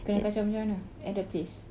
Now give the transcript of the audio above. kena kacau macam mana at the place